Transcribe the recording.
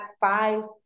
five